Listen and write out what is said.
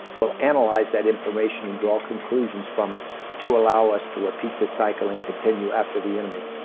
we'll analyze that information and draw conclusions from it to allow us to repeat this cycle and continue after the enemy.